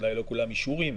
אולי לא כולם אישורים,